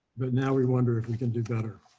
but now we wonder if we can do better.